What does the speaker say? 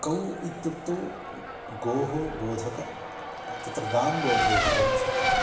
कौ इत्युक्तौ गोः बोधकः तत्र गाम्बोधयति अयं शब्दः